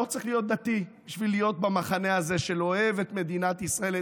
לא צריך להיות דתי בשביל להיות במחנה הזה שאוהב את מדינת ישראל,